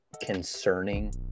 concerning